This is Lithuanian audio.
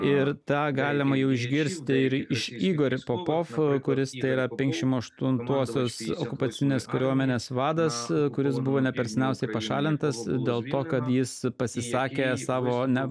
ir tą galima jau išgirsti ir iš igor popov kuris yra penkiasdešim aštuntosios okupacinės kariuomenės vadas kuris buvo ne per seniausiai pašalintas dėl to kad jis pasisakė savo ne